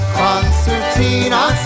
concertina